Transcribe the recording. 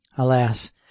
Alas